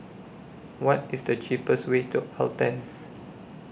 What IS The cheapest Way to Altez